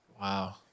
wow